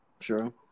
Sure